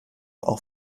auch